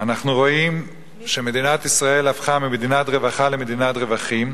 אנחנו רואים שמדינת ישראל הפכה ממדינת רווחה למדינת רווחים,